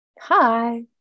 Hi